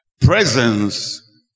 Presence